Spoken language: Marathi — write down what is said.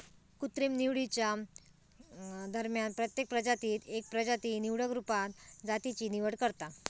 कृत्रिम निवडीच्या दरम्यान प्रत्येक प्रजातीत एक प्रजाती निवडक रुपात जातीची निवड करता